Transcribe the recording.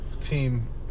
team